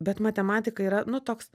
bet matematika yra nu toks